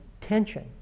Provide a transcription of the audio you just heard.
tension